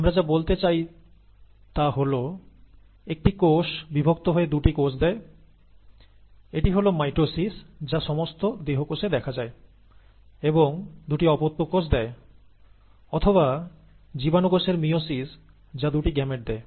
আমরা যা বলতে চাইছি তা হল দুটি কোষে বিভক্ত হয় এটি হল মাইটোসিস যা সমস্ত দেহকোষে দেখা যায় এবং দুটি অপত্য কোষ দেয় অথবা জীবাণু কোষের মিয়োসিস যা দুটি গ্যামেট দেয়